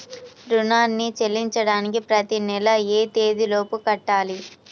రుణాన్ని చెల్లించడానికి ప్రతి నెల ఏ తేదీ లోపు కట్టాలి?